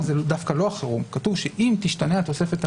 זה סעיף חשוב שמדבר על תנאים שנוגעים לאופי המסר ושליחתו.